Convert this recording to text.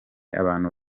abantu